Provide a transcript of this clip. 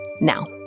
Now